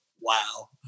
wow